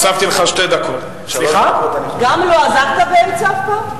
גם לא עזרת באמצע אף פעם?